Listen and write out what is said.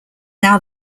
now